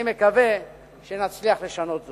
אני מקווה שנצליח לשנות זאת.